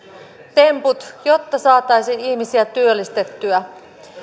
temput jotta saataisiin ihmisiä työllistettyä